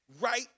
right